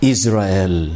Israel